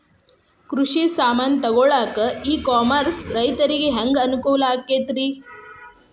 ಕೃಷಿ ಸಾಮಾನ್ ತಗೊಳಕ್ಕ ಇ ಕಾಮರ್ಸ್ ರೈತರಿಗೆ ಹ್ಯಾಂಗ್ ಅನುಕೂಲ ಆಕ್ಕೈತ್ರಿ?